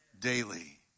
daily